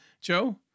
Joe